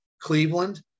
Cleveland